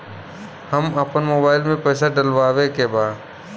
हम आपन मोबाइल में पैसा डलवावे के बा?